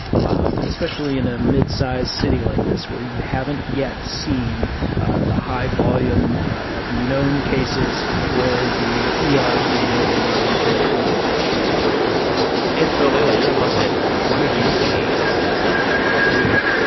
wow. especially in a mid-sized city like this, where you haven't yet seen the high volume of known cases or the ers being overwhelmed with covid patients and so, leila, you're in los angeles. what are you seeing that really sums up what it's like here?